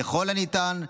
ככל הניתן,